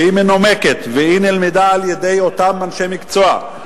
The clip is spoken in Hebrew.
שהיא מנומקת ונלמדה על-ידי אותם אנשי מקצוע,